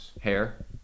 hair